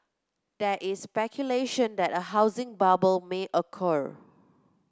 there is speculation that a housing bubble may occur